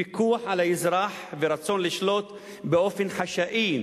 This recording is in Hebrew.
פיקוח על האזרח ורצון לשלוט באופן חשאי,